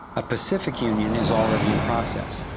a pacific union is already in process.